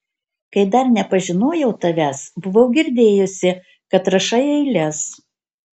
kai dar nepažinojau tavęs buvau girdėjusi kad rašai eiles